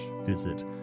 visit